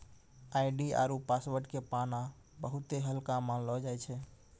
ID आरु password के पाना बहुते हल्का मानलौ जाय छै